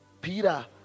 Peter